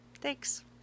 Thanks